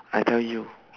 I tell you